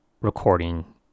recording